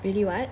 really what